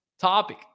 Topic